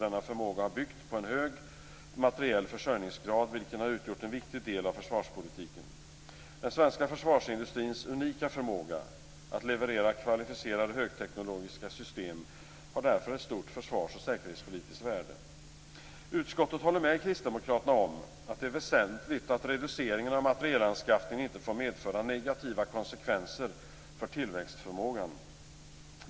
Denna förmåga har byggt på en hög materiell försörjningsgrad, vilken har utgjort en viktig del av försvarspolitiken. Den svenska försvarsindustrins unika förmåga att leverera kvalificerade högteknologiska system har därför ett stort försvars och säkerhetspolitiskt värde. Utskottet håller med kristdemokraterna om att det är väsentligt att reduceringen av materielanskaffningen inte får medföra negativa konsekvenser för tillväxtförmågan.